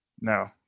No